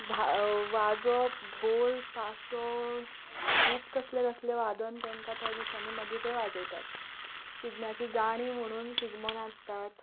वाजोप धोल तासो खूब कसलें कसलें वादन तांकां त्या दिसांनी मागीर ते वाजयतात शिगम्याची गाणीं म्हणून शिगमो नाचता